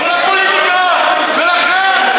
זאת הפוליטיקה שלכם.